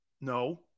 No